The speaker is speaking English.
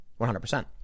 100%